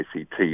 ACT